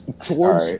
George